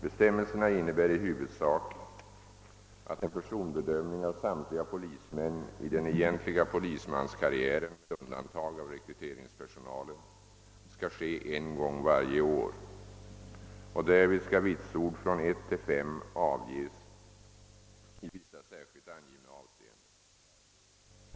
Bestämmelserna innebär i huvudsak att en personbedömning av samtliga polismän i den egentliga polismanskarriären med undantag av rekryteringspersonalen skall ske en gång varje år. Därvid skall vitsord från 1 till 5 avges i vissa särskilt angivna avseenden.